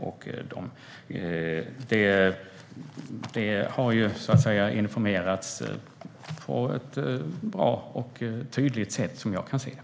Vad jag kan se har denna information lämnats på ett bra och tydligt sätt.